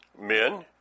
Men